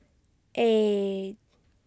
eight